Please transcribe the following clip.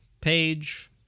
page